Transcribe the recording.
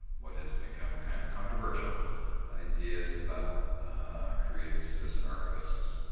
what has become kind of controversial ideas about creating citizen archivists.